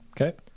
Okay